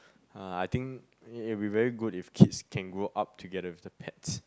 uh I think it'll be very good if kids can grow up together with the pets